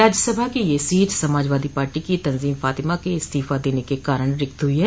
राज्यसभा की यह seat Samajwadi party की तंजोम फातिमा के इस्तीफा देने के कारण रिक्त हुई है